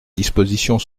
dispositions